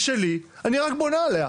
היא שלי ואני רק בונה עליה.